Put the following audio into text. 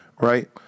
right